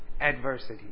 adversity